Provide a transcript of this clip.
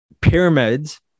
pyramids